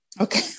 okay